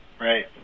Right